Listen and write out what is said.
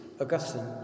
Augustine